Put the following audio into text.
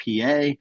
PA